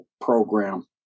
program